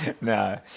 no